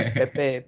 pepe